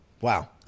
Wow